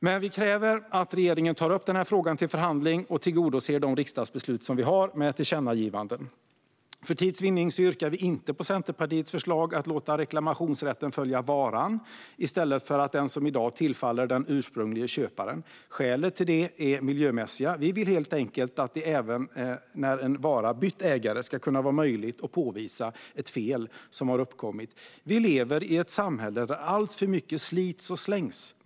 Men vi kräver att regeringen tar upp den här frågan till förhandling och tillgodoser de riksdagsbeslut vi har om tillkännagivanden. För tids vinnande yrkar jag inte bifall till Centerpartiets reservation 1. Vi föreslår där att man ska låta reklamationsrätten följa varan, i stället för att den som i dag tillfaller den ursprunglige köparen. Skälen till det är miljömässiga. Vi vill helt enkelt att det även när en vara bytt ägare ska kunna vara möjligt att påvisa ett fel som har uppkommit. Vi lever i ett samhälle där alltför mycket slits och slängs.